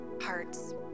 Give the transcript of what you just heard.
hearts